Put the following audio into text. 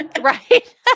Right